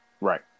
Right